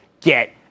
get